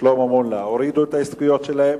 ושלמה מולה הורידו את ההסתייגויות שלהם,